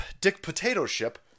dick-potato-ship